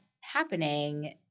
happening